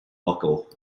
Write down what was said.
buckle